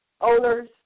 owners